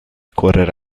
correre